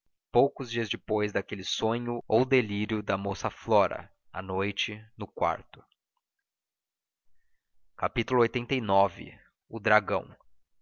poucos dias depois daquele sonho ou delírio da moça flora à noite no quarto lxxxix o dragão